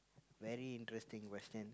very interesting question